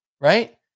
right